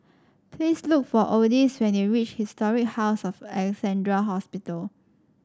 please look for Odis when you reach Historic House of Alexandra Hospital